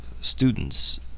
students